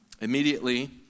Immediately